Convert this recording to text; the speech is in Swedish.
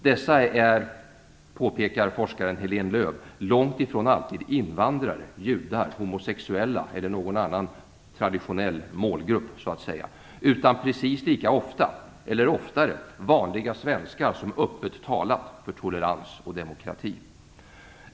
Dessa är, påpekar forskaren Helene Löw, långt ifrån alltid invandrare, judar, homosexuella eller någon annan traditionell målgrupp, utan lika ofta, eller oftare, vanliga svenskar som öppet talat för tolerans och demokrati.